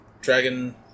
Dragon